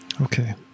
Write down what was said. Okay